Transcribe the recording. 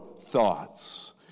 thoughts